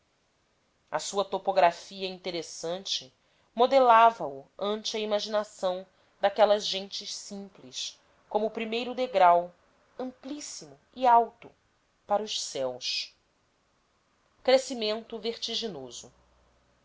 a sua topografia interessante modelava o ante a imaginação daquelas gentes simples como o primeiro degrau amplíssimo e alto para os céus crescimento vertiginoso